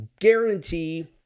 guarantee